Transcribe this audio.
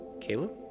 Caleb